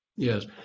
Yes